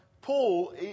Paul